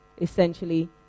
Essentially